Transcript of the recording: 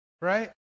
right